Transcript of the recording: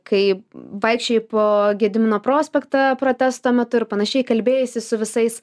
kai vaikščiojai po gedimino prospektą protesto metu ir panašiai kalbėjaisi su visais